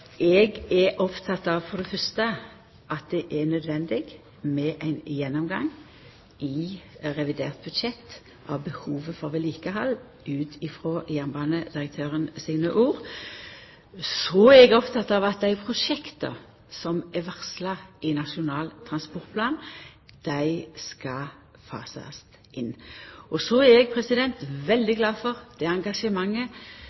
Eg er oppteken av for det fyrste at det er nødvendig med ein gjennomgang i revidert budsjett av behovet for vedlikehald, ut frå jernbanedirektøren sine ord. Så er eg oppteken av at dei prosjekta som er varsla i Nasjonal transportplan, skal fasast inn. Og så er eg